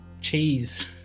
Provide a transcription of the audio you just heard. cheese